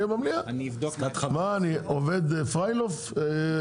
אני אבדוק עם רשות שוק ההון, הם הגוף האחראי.